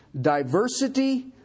diversity